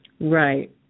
Right